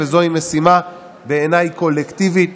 יהיה שכל ממשלה באשר היא תתייחס בכבוד וברצינות לצרכים של הלומי הקרב,